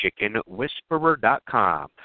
chickenwhisperer.com